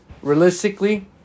Realistically